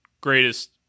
greatest